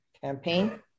campaign